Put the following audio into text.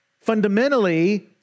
Fundamentally